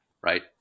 right